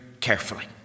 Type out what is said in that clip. carefully